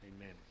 Amen